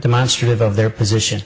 demonstrative of their position